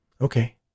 Okay